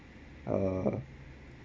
uh